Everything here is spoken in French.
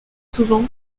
souvent